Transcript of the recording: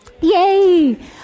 Yay